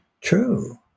true